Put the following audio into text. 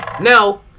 Now